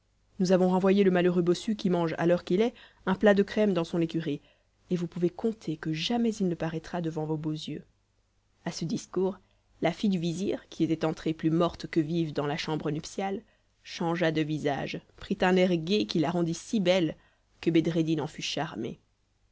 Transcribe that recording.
nous avons renvoyé le malheureux bossu qui mange à l'heure qu'il est un plat de crème dans son écurie et vous pouvez compter que jamais il ne paraîtra devant vos beaux yeux à ce discours la fille du vizir qui était entrée plus morte que vive dans la chambre nuptiale changea de visage prit un air gai qui la rendit si belle que bedreddin en fut charmé